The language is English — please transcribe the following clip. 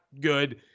good